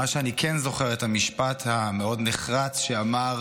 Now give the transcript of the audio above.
מה שאני כן זוכר זה את המשפט המאוד-נחרץ שאמר: